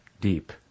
deep